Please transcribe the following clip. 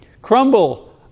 Crumble